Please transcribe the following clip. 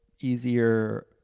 easier